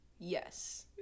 yes